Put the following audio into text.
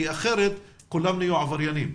כי אחרת כולם יהיו עבריינים,